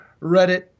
Reddit